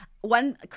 One